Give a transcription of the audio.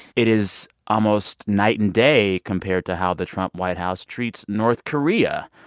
it is almost night and day compared to how the trump white house treats north korea,